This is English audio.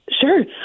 Sure